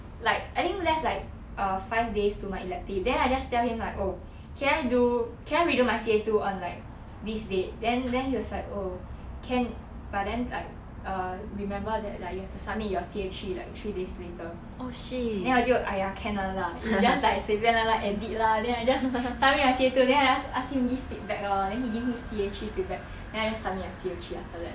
like I think left like err five days to my elective then I just tell him like oh can I do can I redo my C_A two on like this date then then he was like oh can but then like err remember that like you have to submit your C_A three like three days later then 我就 !aiya! can [one] lah is just like 随便乱乱 edit lah then I just submit my C_A two then ask him give feedback lor then he give me C_A three feedback then I just submit my C_A three after that